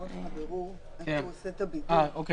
טוב.